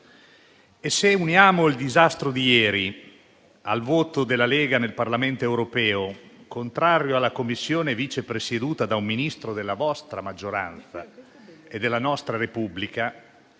Se uniamo il disastro di ieri al voto della Lega nel Parlamento europeo, contrario alla Commissione che ha come Vice Presidente un Ministro della vostra maggioranza e della nostra Repubblica,